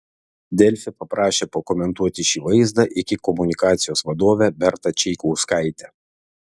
delfi paprašė pakomentuoti šį vaizdą iki komunikacijos vadovę bertą čaikauskaitę